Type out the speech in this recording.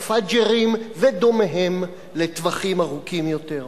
ה"פאג'רים" ודומיהם לטווחים ארוכים יותר.